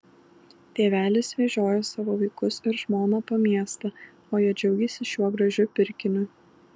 tėvelis vežiojo savo vaikus ir žmoną po miestą o jie džiaugėsi šiuo gražiu pirkiniu